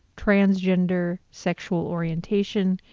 transgender, sexual orientation,